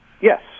Yes